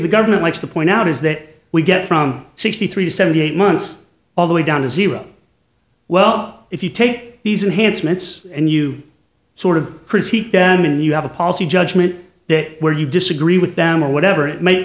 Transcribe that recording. the government likes to point out is that we get from sixty three seventy eight months all the way down to zero well if you take these enhanced minutes and you sort of critique then when you have a policy judgment that where you disagree with down or whatever it might